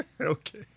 Okay